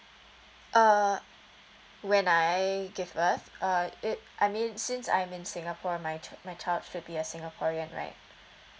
uh when I give birth uh it I mean since I'm in singapore my chil~ my child should be a singaporean right